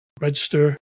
register